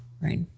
Right